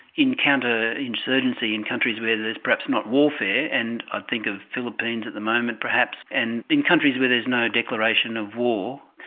in counterinsurgency in countries where there's perhaps not warfare, and i think of philippines at the moment perhaps, and in countries where there's no declaration of war,